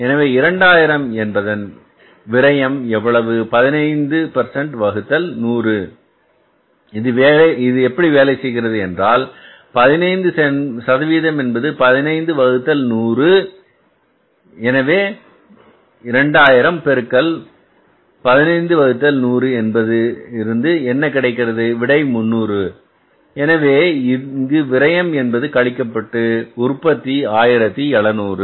எனவே 2000 என்பதன் விரையம் எவ்வளவு 15 வகுத்தல் 100 இது எப்படி வேலை செய்கிறது என்றால் 15 சதவீதம் என்பது 15 வகுத்தல் 100 எனவே 2000 பெருக்கல் 15 வகுத்தல் 100 என்பது இருந்து என்ன கிடைக்கிறது விடை 300 எனவே இங்கு விரையம் என்பது கழிக்கப்பட்டு உற்பத்தி 1700